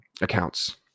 accounts